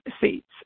seats